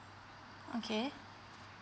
okay